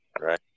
right